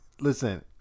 Listen